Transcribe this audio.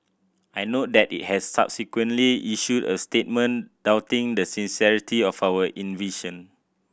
I note that it has subsequently issued a statement doubting the sincerity of our invitation